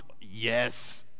yes